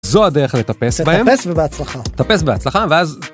‫זו הדרך לטפס בהם. ‫-לטפס ובהצלחה. ‫- לטפס בהצלחה ואז...